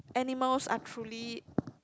animals are truly